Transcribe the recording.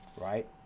right